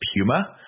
Puma